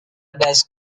base